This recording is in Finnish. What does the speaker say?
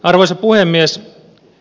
arvoisa puhemies